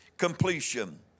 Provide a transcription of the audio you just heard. completion